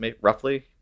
roughly